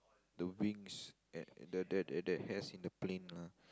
the wings at the the the the that has in the plane lah